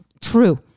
true